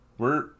We're-